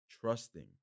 trusting